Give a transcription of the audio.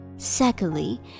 secondly